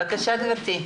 בבקשה, גברתי.